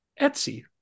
Etsy